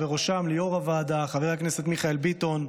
ובראשם ליו"ר הוועדה חבר הכנסת מיכאל ביטון,